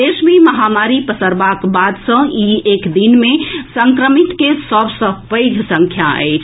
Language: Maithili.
देश मे महामारी पसरबाक बाद सँ ई एक दिन मे संक्रमित के सभ सँ पैघ संख्या अछि